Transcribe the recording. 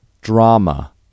drama